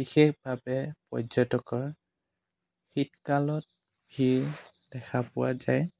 বিশেষভাৱে পৰ্যটকৰ শীতকালত ভিৰ দেখা পোৱা যায়